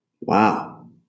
Wow